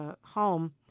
home